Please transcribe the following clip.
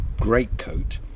greatcoat